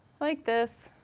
like this,